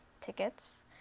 tickets